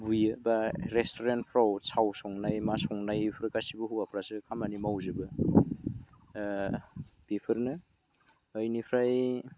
बुयो बा रेस्टुरेन्टफ्राव साव संनाय मा संनाय बेफोर गासिबो हौवाफ्रासो खामानि मावजोबो बिफोरनो बिनिफ्राय